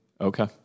Okay